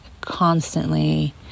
constantly